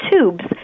tubes